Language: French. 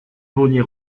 bonnet